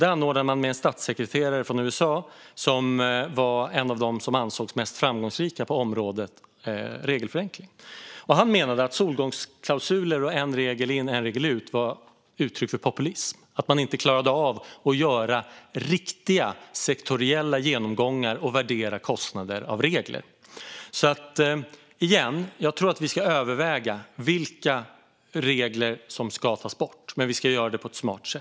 Till seminariet kom en statssekreterare från USA, som ansågs vara mest framgångsrikt på området regelförenkling. Han menade att solnedgångsklausuler - en regel in, en regel ut - var uttryck för populism, att man inte klarade av att göra riktiga sektoriella genomgångar och värdera kostnader av regler. Jag säger återigen att vi ska överväga vilka regler som ska tas bort, men vi ska göra det på ett smart sätt.